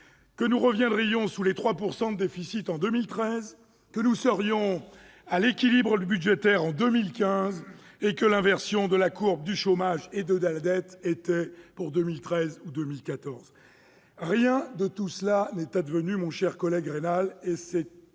Que nous reviendrions sous les 3 % de déficit en 2013, que nous atteindrions l'équilibre budgétaire en 2015 et que l'inversion des courbes du chômage et de la dette se produirait en 2013 ou 2014. Rien de tout cela n'est advenu, cher Claude Raynal ! C'est en